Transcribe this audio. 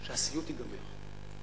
שהסיוט ייגמר.